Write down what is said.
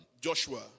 Joshua